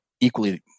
equally